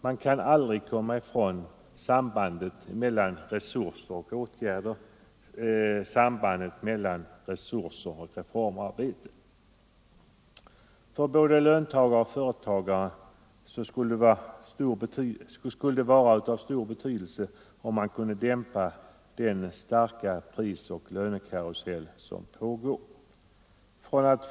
Man kan aldrig komma ifrån sambandet mellan resurser och reformarbete. För såväl löntagare som företagare skulle det vara av stor betydelse om regeringen kunde dämpa den starka prisoch lönekarusell som vi befinner oss i.